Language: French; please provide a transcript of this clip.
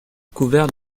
couvert